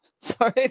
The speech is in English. sorry